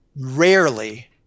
rarely